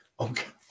Okay